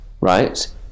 Right